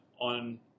on